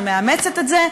שמאמצת את זה,